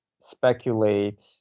speculate